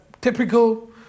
typical